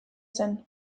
zen